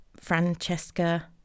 Francesca